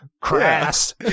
crass